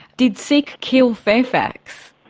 did seek kill fairfax?